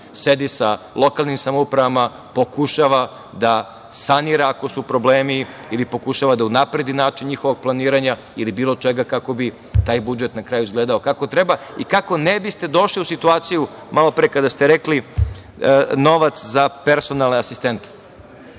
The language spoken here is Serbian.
Sedi sa lokalnim samoupravama, pokušava da sanira ako su problemi ili pokušava da unapredi način njihovog planiranja ili bilo čega kako bi taj budžet na kraju izgledao kako treba i kako ne biste došli u situaciju, malopre kada ste rekli novac za personalne asistente. Da